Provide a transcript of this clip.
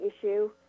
issue